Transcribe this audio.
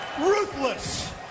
Ruthless